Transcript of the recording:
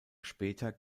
später